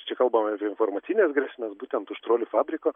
čia kalbame apie informacines grėsmes būtent iš trolių fabriko